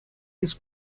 his